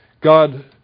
God